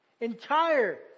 Entire